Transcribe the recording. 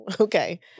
Okay